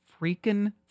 freaking